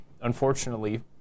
unfortunately